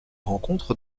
rencontre